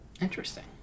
Interesting